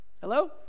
hello